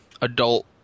adult